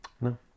No